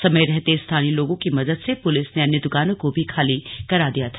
समय रहते स्थानीय लोगों की मदद से पुलिस ने अन्य दुकानों को खाली करा दिया था